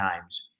times